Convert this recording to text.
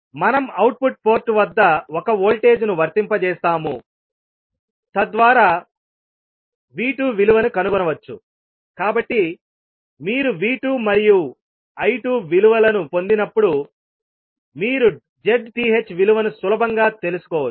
మనం output port వద్ద ఒక వోల్టేజ్ ను వర్తింపజేస్తాము తద్వారా V2 విలువను కనుగొనవచ్చు కాబట్టి మీరు V2 మరియు I2 విలువలను పొందినప్పుడు మీరు ZTh విలువను సులభంగా తెలుసుకోవచ్చు